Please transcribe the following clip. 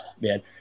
man